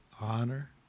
honor